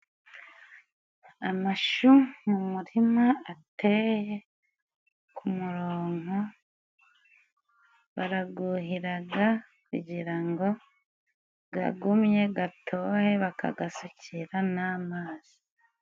Amashu mu murima ateye ku kumuronko，baraguhiraga kugira ngo kagumye gatohe bakagasukira n'amazi.